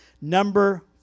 Number